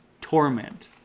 torment